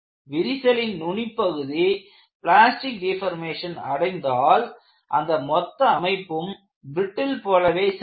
விரிசலின் நுனிப்பகுதி plastic deformation அடைந்தால் அந்த மொத்த அமைப்பும் பிரட்டில் போலவே செயல்படும்